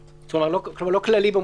כלומר, זה לא כללי.